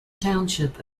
township